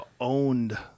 owned